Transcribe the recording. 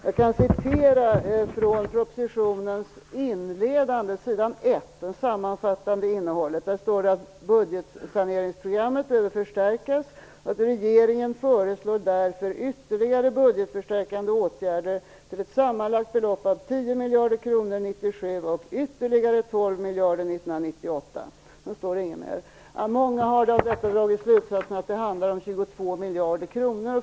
Jag kan citera från propositionens inledning på s. 1, där det finns en sammanfattning av innehållet och där det står att budgetsaneringsprogrammet behöver förstärkas: "Regeringen föreslår därför ytterligare budgetförstärkande åtgärder till ett sammanlagt belopp av 10 miljarder kronor år 1997 och ytterligare 12 miljarder kronor år 1998." Sedan står det inget mer. Många har av detta dragit slutsatsen att det handlar om 22 miljarder kronor.